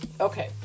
Okay